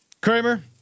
Kramer